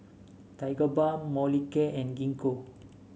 Tigerbalm Molicare and Gingko